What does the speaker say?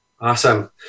awesome